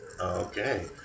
Okay